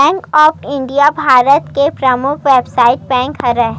bank of India Bharat के परमुख बेवसायिक बेंक हरय